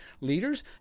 leaders